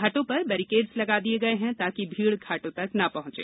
घाटों पर बैरिकेड्स लगा दिए गए हैं ताकि भीड़ घाटों तक न पहुंचे